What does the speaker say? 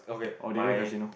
oh they roll the casino